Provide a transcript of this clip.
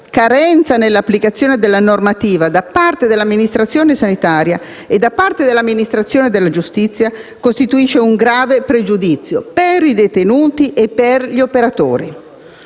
carenza nell'applicazione della normativa da parte dell'amministrazione sanitaria e dell'amministrazione della giustizia costituisce un grave pregiudizio per detenuti e operatori.